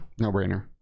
no-brainer